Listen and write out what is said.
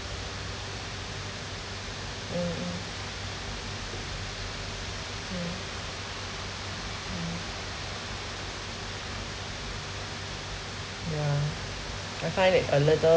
mm mm mm mm yeah I find it a little